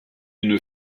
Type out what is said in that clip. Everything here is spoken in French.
une